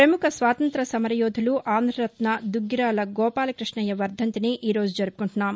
భముఖ స్వాతంత్య సమరమోధుడు ఆంధ్రరత్న దుగ్గిరాల గోపాలకృష్ణయ్య వర్దంతిని ఈరోజు జరుపుకుంటున్నాం